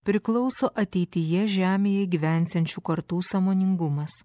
priklauso ateityje žemėje gyvensiančių kartų sąmoningumas